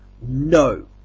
no